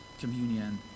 communion